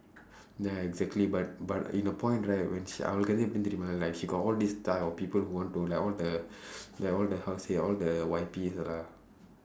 ya exactly but but in a point right when she அவளுக்கு வந்து எப்படி தெரியுமா:avalukku vandthu eppadi theriyumaa like she got all this type of people who want to like all the like all the how to say all the Y P lah